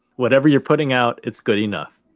whatever you're putting out. it's good enough.